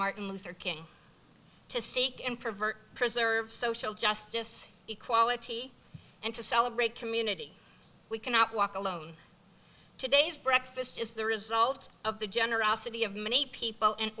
martin luther king to seek and pervert preserve social justice equality and to celebrate community we cannot walk alone today's breakfast is the result of the generosity of many people